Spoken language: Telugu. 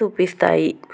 సూపిస్తాయి